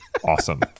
awesome